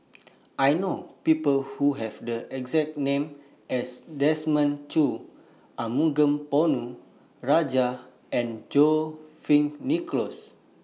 I know People Who Have The exact name as Desmond Choo Arumugam Ponnu Rajah and John Fearns Nicoll